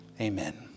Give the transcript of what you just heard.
Amen